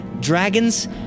Dragons